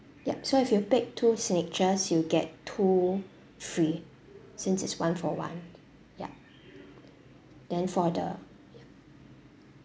yup so if you pick two signatures you'll get two free since it's one for one yup then for the